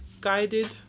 guided